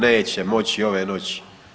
Neće moći ove noći!